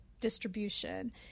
distribution